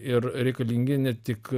ir reikalingi ne tik